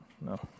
No